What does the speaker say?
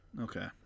Okay